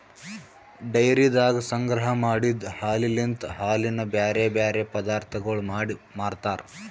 ಡೈರಿದಾಗ ಸಂಗ್ರಹ ಮಾಡಿದ್ ಹಾಲಲಿಂತ್ ಹಾಲಿನ ಬ್ಯಾರೆ ಬ್ಯಾರೆ ಪದಾರ್ಥಗೊಳ್ ಮಾಡಿ ಮಾರ್ತಾರ್